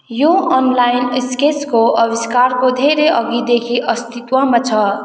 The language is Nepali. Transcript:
यो अनलाइन स्केट्सको आविष्कारको धेरै अघिदेखि अस्तित्वमा छ